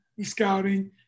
Scouting